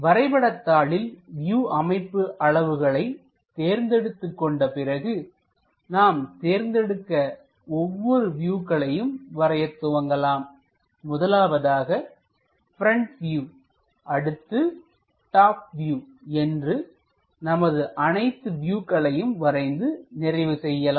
வரைபடத்தாளில் வியூ அமைப்பு அளவுகளை தேர்ந்தெடுத்துக் கொண்ட பிறகுநாம் தேர்ந்தெடுத்த ஒவ்வொரு வியூகளையும் வரையத் துவங்கலாம் முதலாவதாக ப்ரெண்ட் வியூ அடுத்து டாப் வியூ என்று நமது அனைத்து வியூகளையும் வரைந்து நிறைவு செய்யலாம்